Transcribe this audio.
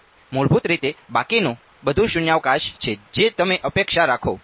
હવે મૂળભૂત રીતે બાકીનું બધું શૂન્યાવકાશ છે જે તમે અપેક્ષા રાખશો